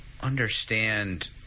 understand